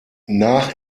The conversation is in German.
nach